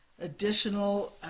additional